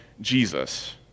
Jesus